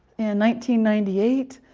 and ninety ninety eight.